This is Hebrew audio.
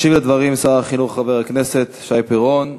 ישיב על הדברים שר החינוך, חבר הכנסת שי פירון.